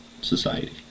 society